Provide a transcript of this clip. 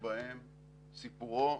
שבהם סיפורו,